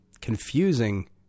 confusing